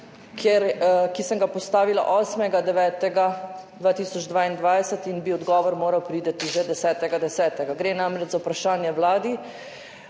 ki sem ga postavila 8. 9. 2022 in bi odgovor moral priti že 10. 10. Gre namreč za vprašanje Vladi,